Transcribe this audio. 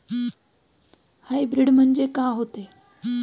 Hybrid म्हनजे का होते?